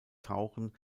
tauchen